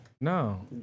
No